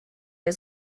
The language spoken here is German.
der